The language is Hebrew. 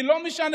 כי לא משנה,